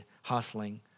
hustling